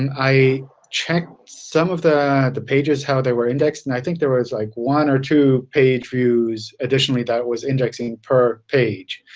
and i checked some of the the pages, how they were indexed. and i think there was like one or two page views additionally that was indexing per page.